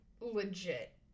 legit